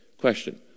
Question